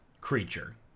creature